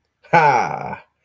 Ha